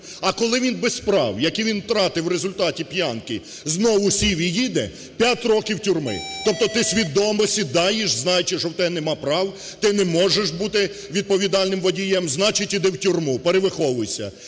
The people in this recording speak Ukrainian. А коли він без прав, які він втратив в результаті п'янки знову сів і їде – 5 років тюрми. Тобто ти свідомо сідаєш, знаючи, що в тебе немає прав, ти не можеш бути відповідальним водієм, значить, йди в тюрму, перевиховуйся.